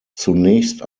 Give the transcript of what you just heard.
zunächst